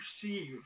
perceive